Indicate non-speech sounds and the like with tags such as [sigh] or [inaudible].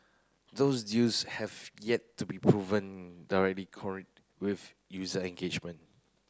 those deals have yet to be proven directly [unintelligible] with user engagement